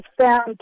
found